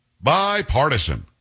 bipartisan